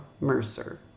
Mercer